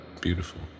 Beautiful